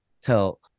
tell